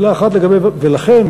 ולכן,